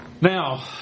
Now